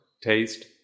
taste